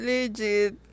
Legit